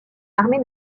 l’armée